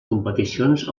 competicions